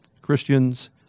Christians